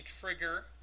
trigger